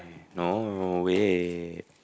no wait